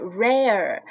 rare